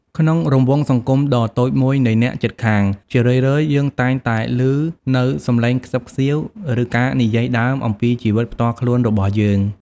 ក្នុងរង្វង់សង្គមដ៏តូចមួយនៃអ្នកជិតខាង ជារឿយៗ យើងតែងតែឮនូវសំឡេងខ្សឹបខ្សៀវ ឬការនិយាយដើមអំពីជីវិតផ្ទាល់ខ្លួនរបស់យើង។